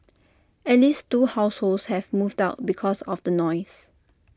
at least two households have moved out because of the noise